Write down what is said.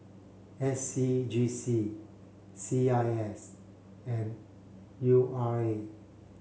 S C G C C I S and U R A